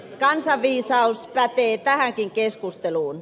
kansanviisaus pätee tähänkin keskusteluun